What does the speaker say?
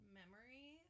memory